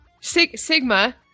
Sigma